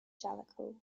jellicoe